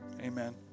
Amen